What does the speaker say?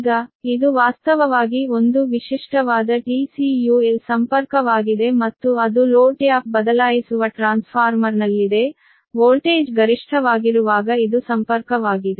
ಈಗ ಇದು ವಾಸ್ತವವಾಗಿ ಒಂದು ವಿಶಿಷ್ಟವಾದ TCUL ಸಂಪರ್ಕವಾಗಿದೆ ಮತ್ತು ಅದು ಲೋಡ್ ಟ್ಯಾಪ್ ಬದಲಾಯಿಸುವ ಟ್ರಾನ್ಸ್ಫಾರ್ಮರ್ನಲ್ಲಿದೆ ವೋಲ್ಟೇಜ್ ಗರಿಷ್ಠವಾಗಿರುವಾಗ ಇದು ಸಂಪರ್ಕವಾಗಿದೆ